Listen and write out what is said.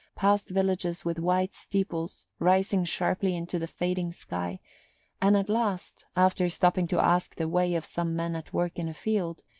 past villages with white steeples rising sharply into the fading sky and at last, after stopping to ask the way of some men at work in a field,